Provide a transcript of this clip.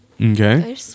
Okay